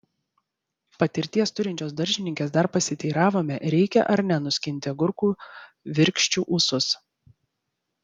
patirties turinčios daržininkės dar pasiteiravome reikia ar ne nuskinti agurkų virkščių ūsus